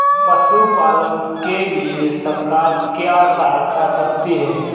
पशु पालन के लिए सरकार क्या सहायता करती है?